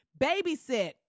babysit